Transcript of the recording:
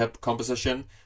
composition